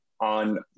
on